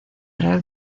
real